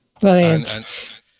Brilliant